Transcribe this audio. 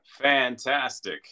Fantastic